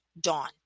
Dawn